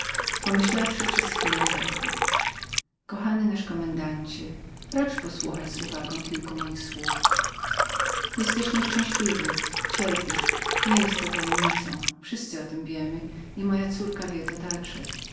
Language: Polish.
pomyśliwszy przez chwilę rzekł kochany nasz komendancie racz posłuchać z uwagą kilku moich słów jesteś nieszczęśliwym cierpisz nie jest to tajemnicą wszyscy o tem wiemy i moja córka wie to także